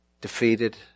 defeated